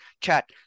Chat